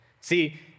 See